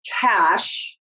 cash